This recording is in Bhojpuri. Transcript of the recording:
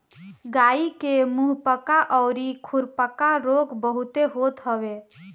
गाई के मुंहपका अउरी खुरपका रोग बहुते होते हवे